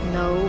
no